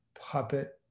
puppet